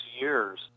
years